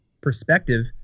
Perspective